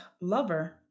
lover